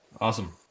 Awesome